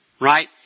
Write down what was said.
right